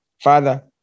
father